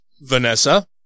Vanessa